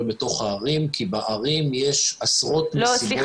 בתוך הערים כי בערים יש עשרות מסיבות.